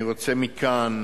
אני רוצה מכאן